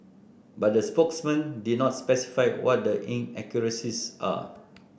but the spokesman did not specify what the inaccuracies are